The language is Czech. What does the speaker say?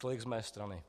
Tolik z mé strany.